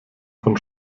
von